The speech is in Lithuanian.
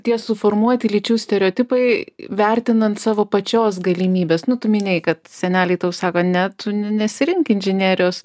tie suformuoti lyčių stereotipai vertinant savo pačios galimybes nu tu minėjai kad seneliai tau sako ne tu nesirink inžinerijos